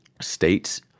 states